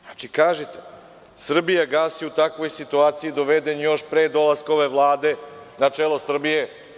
Znači, kažite - „Srbijagas“ je u takvoj situaciji, doveden još pre dolaska Vlade na čelo Srbije.